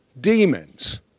demons